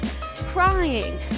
crying